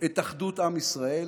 את אחדות עם ישראל,